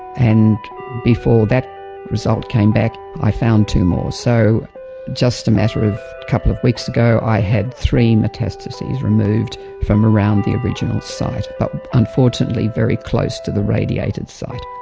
and before that result came back i found two more. so just a matter of a couple of weeks ago i had three metastases removed from around the original site, but unfortunately very close to the radiated site.